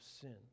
sin